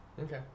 Okay